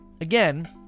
again